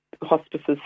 hospices